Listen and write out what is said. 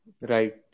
Right